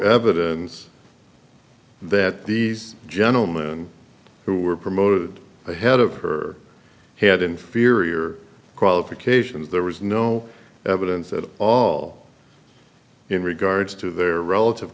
evidence that these gentlemen who were promoted ahead of her had inferior qualifications there was no evidence at all in regards to their relative